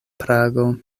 prago